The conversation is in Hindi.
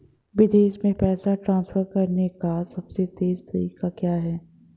विदेश में पैसा ट्रांसफर करने का सबसे तेज़ तरीका क्या है?